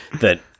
that-